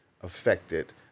affected